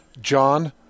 John